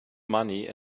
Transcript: money